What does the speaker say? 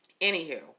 Anywho